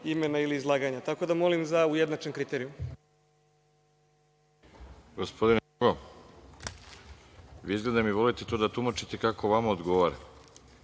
imena ili izlaganja. Tako da, molim za ujednačen kriterijum.